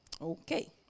okay